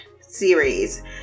series